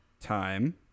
time